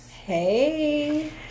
Hey